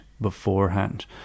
beforehand